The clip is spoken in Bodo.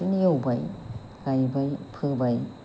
बिदिनो एवबाय गायबाय फोबाय